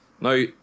Now